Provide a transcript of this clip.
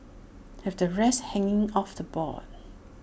have the rest hanging off the board